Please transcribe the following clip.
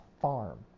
farm